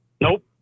Nope